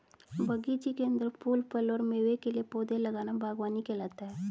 बगीचे के अंदर फूल, फल और मेवे के लिए पौधे लगाना बगवानी कहलाता है